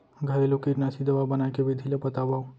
घरेलू कीटनाशी दवा बनाए के विधि ला बतावव?